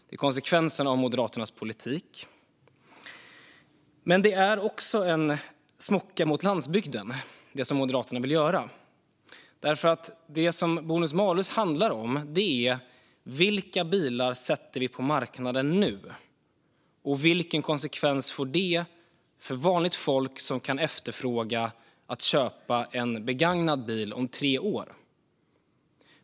Det är konsekvensen av Moderaternas politik. Men det Moderaterna vill göra är också en smocka mot landsbygden. Bonus malus handlar om vilka bilar vi sätter på marknaden nu och vilken konsekvens det får för vanligt folk som kan efterfråga att köpa en begagnad bil om tre år.